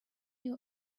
you